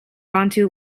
bantu